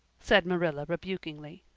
said marilla rebukingly.